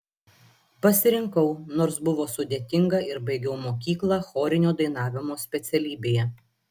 pasirinkau nors buvo sudėtinga ir baigiau mokyklą chorinio dainavimo specialybėje